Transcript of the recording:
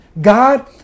God